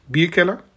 Bierkeller